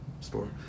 store